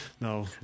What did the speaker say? no